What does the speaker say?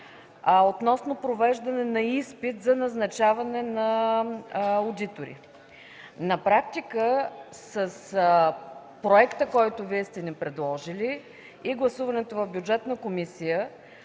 относно провеждане на изпит за назначаване на одитори. На практика с проекта, който Вие сте ни предложили, и гласуването в Бюджетната комисия,